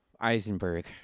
Eisenberg